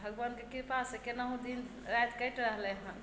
भगवानके कृपासँ केनाहुँ दिन राति कटि रहलय हन